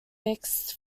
mix